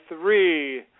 three